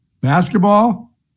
Basketball